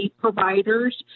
providers